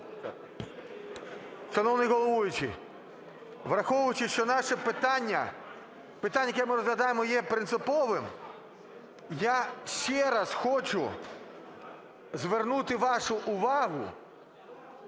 враховуючи, що наше питання, питання, яке ми розглядаємо, є принциповим, я ще раз хочу звернути вашу увагу